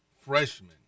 freshmen